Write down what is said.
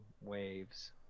waves